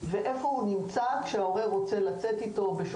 ואיפה הוא נמצא כשההורה רוצה לצאת איתו לגינה,